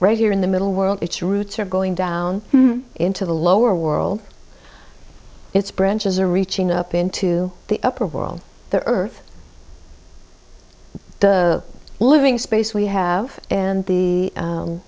right here in the middle world its roots are going down into the lower world its branches are reaching up into the upper world the earth the living space we have and the